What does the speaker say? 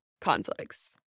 conflicts